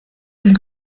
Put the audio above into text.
del